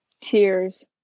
Tears